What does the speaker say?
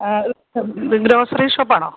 grocery shop ആണോ